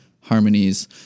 harmonies